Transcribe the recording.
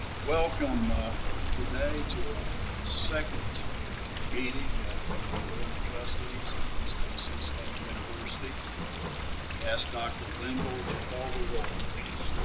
welcome today to our second meeting of the board of trustees of east tennessee state university. i'll ask dr. linville to call the roll, please.